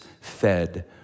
fed